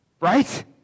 Right